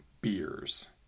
beers